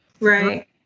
Right